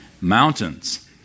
mountains